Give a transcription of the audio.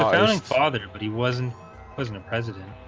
a father but he wasn't wasn't a president